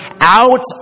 out